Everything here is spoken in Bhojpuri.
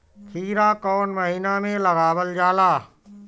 खीरा कौन महीना में लगावल जाला?